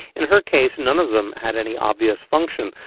in her case, none of them had any obvious function,